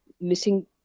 missing